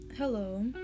Hello